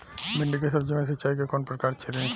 भिंडी के सब्जी मे सिचाई के कौन प्रकार अच्छा रही?